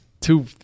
Two